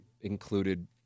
included